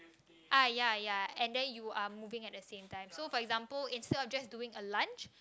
ah ya ya and then you are moving at the same time so for example instead of just doing a lunge